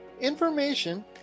information